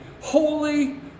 holy